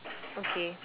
okay